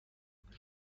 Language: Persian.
گرفته